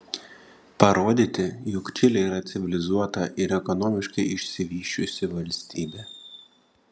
parodyti jog čilė yra civilizuota ir ekonomiškai išsivysčiusi valstybė